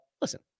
listen